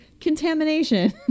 contamination